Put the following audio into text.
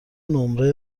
نمره